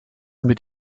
mit